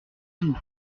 tout